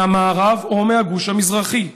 מהמערב או מהגוש המזרחי.